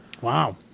Wow